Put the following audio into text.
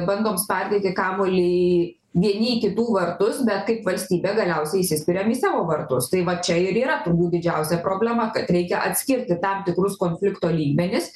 bandom spardyti kamuolį į vieni į kitų vartus bet kaip valstybė galiausiai įsispiriam į savo vartus tai va čia ir yra turbūt didžiausia problema kad reikia atskirti tam tikrus konflikto lygmenis